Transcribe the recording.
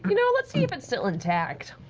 know, let's see if it's still intact.